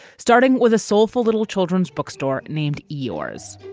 starting with a soulful little children's bookstore named yours